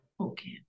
Okay